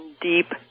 deep